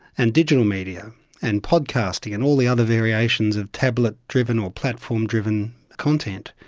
and digital media and podcasting and all the other variations of tablet-driven or platform-driven content.